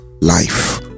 life